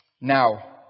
now